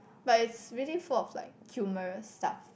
but it's really full of like humorous stuff